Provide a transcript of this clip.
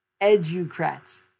educrats